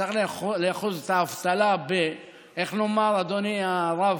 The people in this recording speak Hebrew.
נצטרך לאחוז את האבטלה, איך נאמר, אדוני הרב?